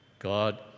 God